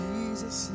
Jesus